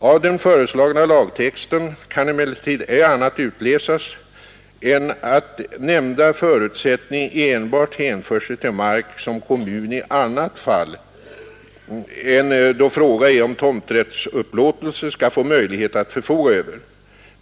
Av den föreslagna lagtexten kan emellertid ej annat utläsas än att nämnda förutsättning enbart hänför sig till mark som kommunen i annat fall än då fråga är om tomträttsupplåtelse skall få möjlighet att förfoga över.